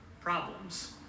problems